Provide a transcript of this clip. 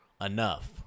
enough